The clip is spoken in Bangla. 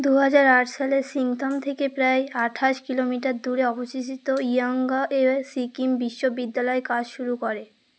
দু হাজার আট সালে সিংতাম থেকে প্রায় আঠাশ কিলোমিটার দূরে অবস্থিত ইয়াঙ্গা এ সিকিম বিশ্ববিদ্যালয় কাজ শুরু করে